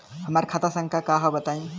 हमार खाता संख्या का हव बताई?